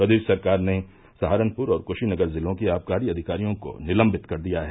प्रदेश सरकार ने सहारनपुर और कुशीनगर जिलों के आबकारी अधिकारियों को निलम्बित कर दिया है